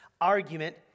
argument